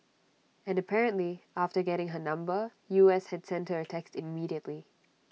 and apparently after getting her number U S had sent her A text immediately